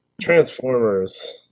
Transformers